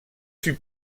fut